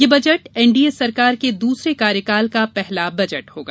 ये budget NDA सरकार के दूसरे कार्यकाल का पहला बजट होगा